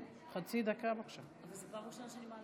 אבל בגלל פיזור הכנסת והכאוס השלטוני שנוצר,